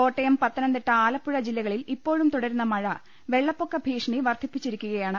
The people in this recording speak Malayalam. കോട്ടയം പത്തനംതിട്ട ആലപ്പുഴ ജില്ലകളിൽ ഇപ്പോഴും തുടരുന്ന മഴ വെളളപ്പൊക്ക ഭീഷണി വർദ്ധിപ്പിച്ചിരിക്കു കയാണ്